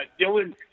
Dylan